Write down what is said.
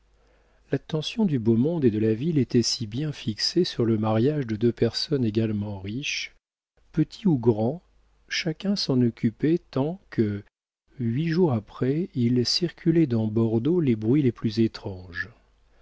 maîtres l'attention du beau monde et de la ville était si bien fixée sur le mariage de deux personnes également riches petit ou grand chacun s'en occupait tant que huit jours après il circulait dans bordeaux les bruits les plus étranges